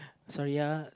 sorry uh